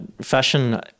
fashion